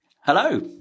Hello